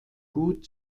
gut